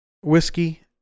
whiskey